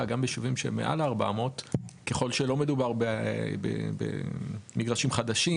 גם בישובים שהם מעל 400 ככל שלא מדובר במגרשים חדשים,